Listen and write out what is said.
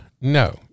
No